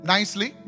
Nicely